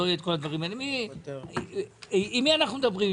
עם מי אנחנו מדברים?